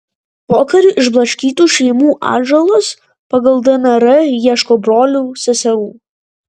pokariu išblaškytų šeimų atžalos pagal dnr ieško brolių seserų